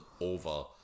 over